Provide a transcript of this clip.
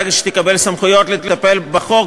ברגע שתקבל סמכויות לטפל בחוק,